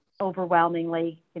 overwhelmingly